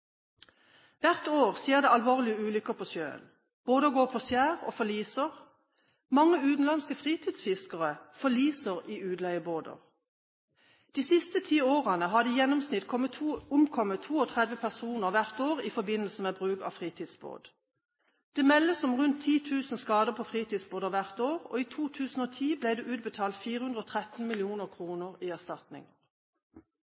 Hvert år skjer det alvorlige ulykker på sjøen. Båter går på skjær og forliser. Mange utenlandske fritidsfiskere forliser i utleiebåter. De siste ti årene har det i gjennomsnitt omkommet 32 personer hvert år i forbindelse med bruk av fritidsbåt. Det meldes om rundt 10 000 skader på fritidsbåter hvert år, og i 2010 ble det utbetalt 413